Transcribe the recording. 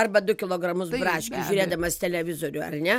arba du kilogramus braškių žiūrėdamas televizorių ar ne